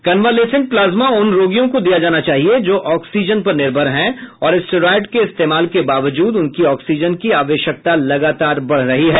convalescent plasma उन रोगियों को दिया जाना चाहिए जो ऑक्सीजन पर निर्भर हैं और स्टेरॉयड के इस्तेमाल के बावजूद उनकी ऑक्सीजन की आवश्यकता लगातार बढ़ रही है